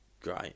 Great